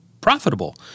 profitable